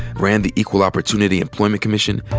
ran the equal opportunity employment commission,